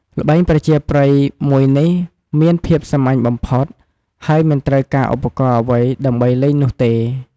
ល្បែងប្រជាប្រិយមួយនេះមានភាពសាមញ្ញបំផុត ហើយមិនត្រូវការឧបករណ៍អ្វី ដើម្បីលេងនោះទេ។